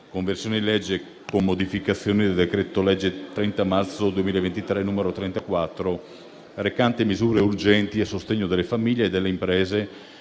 "*Conversione in legge, con modificazioni, del decreto-legge 30 marzo 2023, n. 34, recante misure urgenti a sostegno delle famiglie e delle imprese